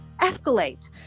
escalate